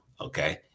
Okay